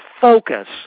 focus